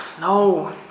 No